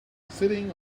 sitting